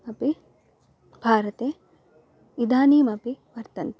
अपि भारते इदानीमपि वर्तन्ते